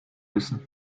wissen